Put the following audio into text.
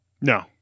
No